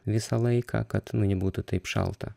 visą laiką kad nu nebūtų taip šalta